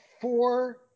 four